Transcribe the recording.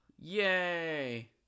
Yay